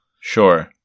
Sure